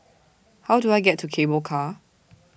How Do I get to Cable Car